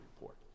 report